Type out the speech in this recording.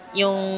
yung